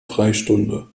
freistunde